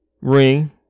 ring